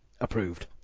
Approved